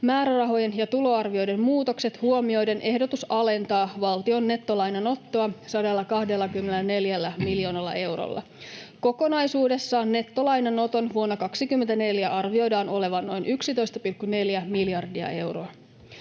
Määrärahojen ja tuloarvioiden muutokset huomioiden ehdotus alentaa valtion nettolainanottoa 124 miljoonalla eurolla. Kokonaisuudessaan nettolainanoton vuonna 24 arvioidaan olevan noin 11,4 miljardia euroa.